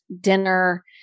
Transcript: dinner